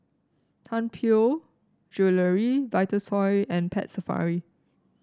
Tianpo Jewellery Vitasoy and Pet Safari